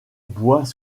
bois